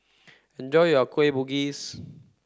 enjoy your Kueh Bugis